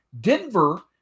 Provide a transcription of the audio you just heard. Denver